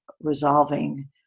resolving